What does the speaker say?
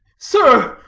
sir,